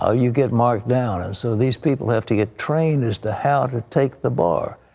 ah you get marked down. and so these people have to get trained as to how to take the bar.